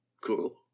Cool